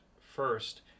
first